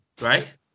right